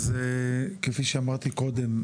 אז כפי שאמרתי קודם,